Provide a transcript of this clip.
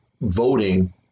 voting